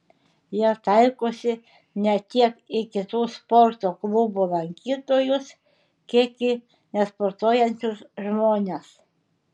jie taikosi ne tiek į kitų sporto klubų lankytojus kiek į nesportuojančius žmones